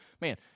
man